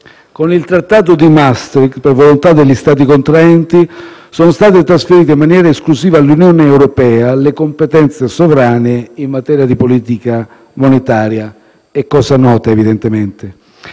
Con il Trattato di Maastricht, per volontà degli Stati contraenti, sono state trasferite in maniera esclusiva all'Unione europea le competenze sovrane in materia di politica monetaria (è cosa nota, evidentemente).